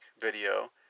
video